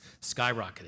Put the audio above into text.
skyrocketing